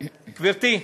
גברתי,